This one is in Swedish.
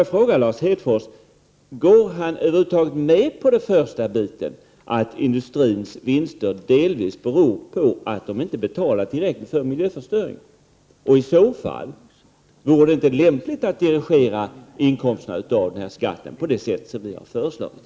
Håller Lars Hedfors med om att industrins vinster delvis kan förklaras med att företagen inte betalar tillräckligt mycket när det gäller den miljöförstöring som åstadkoms? Om så skulle vara fallet, vore det då inte lämpligt att dirigera inkomsterna av skatten på det sätt som vi föreslagit?